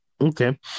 Okay